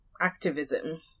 activism